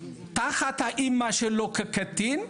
תחת האמא שלו כקטין,